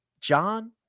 John